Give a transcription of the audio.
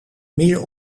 meer